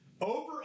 Over